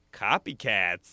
copycats